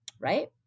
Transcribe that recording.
right